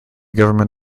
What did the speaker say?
government